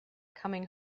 coming